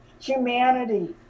Humanity